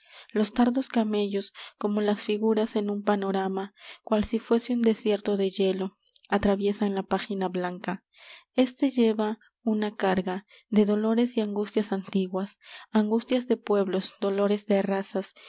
los tardos camellos como las figuras en un panorama cual si fuese un desierto de hielo atraviesan la página blanca este lleva una carga de dolores y angustias antiguas angustias de pueblos dolores